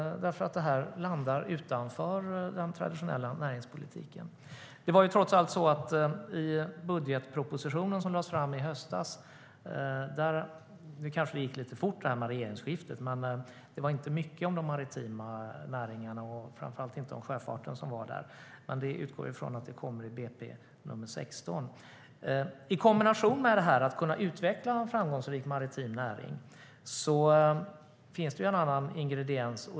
Det här landar nämligen utanför den traditionella näringspolitiken.I kombination med att kunna utveckla framgångsrik maritim näring finns det en annan ingrediens.